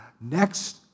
Next